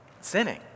sinning